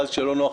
ואז כשלא נוח,